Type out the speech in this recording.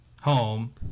home